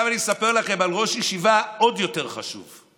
עכשיו אני אספר לכם על ראש ישיבה עוד יותר חשוב,